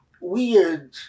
weird